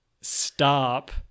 stop